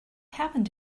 happened